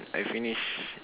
I finish